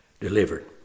delivered